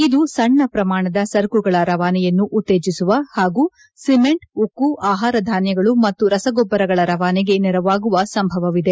ಇದು ಸಣ್ಣ ಪ್ರಮಾಣದ ಸರಕುಗಳ ರವಾನೆಯನ್ನು ಉತ್ತೇಜಿಸುವ ಹಾಗೂ ಸಿಮೆಂಟ್ ಉಕ್ಕು ಆಹಾರ ಧಾನ್ಯಗಳು ಮತ್ತು ರಸಗೊಬ್ಬರಗಳ ರವಾನೆಗೆ ನೆರವಾಗುವ ಸಂಭವವಿದೆ